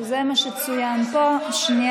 נגד